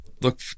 look